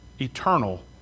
eternal